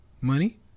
money